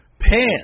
pants